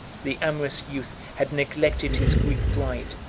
the amorous youth had neglected his greek bride,